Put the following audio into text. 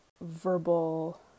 verbal